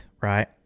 right